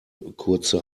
kurze